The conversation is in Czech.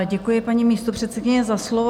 Děkuji, paní místopředsedkyně, za slovo.